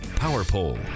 PowerPole